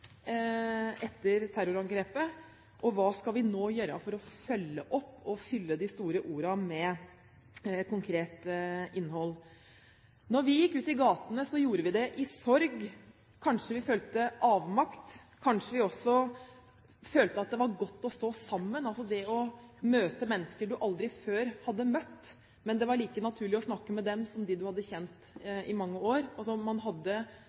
etter terrorangrepet, og hva skal vi nå gjøre for å følge opp og fylle de store ordene med konkret innhold? Da vi gikk ut i gatene, gjorde vi det i sorg. Kanskje vi følte avmakt, kanskje vi også følte at det var godt å stå sammen, møte mennesker vi aldri før hadde møtt, og at det var like naturlig å snakke med dem som med dem vi hadde kjent i mange år. Man hadde